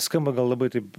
skamba gal labai taip